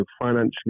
financially